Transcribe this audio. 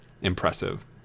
impressive